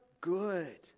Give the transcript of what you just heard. good